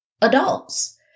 adults